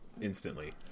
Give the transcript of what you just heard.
Instantly